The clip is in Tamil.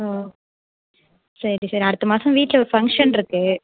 ஓ சரி சரி அடுத்த மாதம் வீட்டில் ஒரு ஃபங்ஷன் இருக்கு